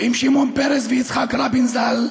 עם שמעון פרס ויצחק רבין ז"ל,